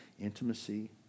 intimacy